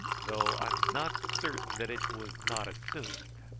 though i am not certain that it was not assumed.